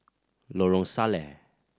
Lorong Salleh